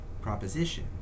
proposition